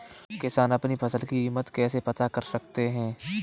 किसान अपनी फसल की कीमत कैसे पता कर सकते हैं?